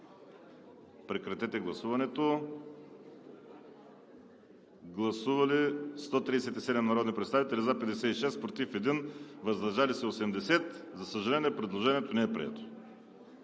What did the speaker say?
право да гласуват. Гласували 137 народни представители: за 56, против 1, въздържали се 80. За съжаление, предложението не е прието.